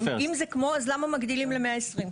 אם זה כמו, אז למה אתם מגדילים ל-120?